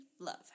love